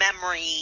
memory